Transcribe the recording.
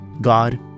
God